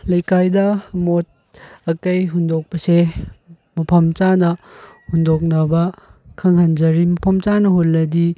ꯂꯩꯀꯥꯏꯗ ꯑꯃꯣꯠ ꯑꯀꯥꯏ ꯍꯨꯟꯗꯣꯛꯄꯁꯦ ꯃꯐꯝ ꯆꯥꯅ ꯍꯨꯟꯗꯣꯛꯅꯕ ꯈꯪꯍꯟꯖꯔꯤ ꯃꯐꯝ ꯆꯥꯅ ꯍꯨꯟꯂꯗꯤ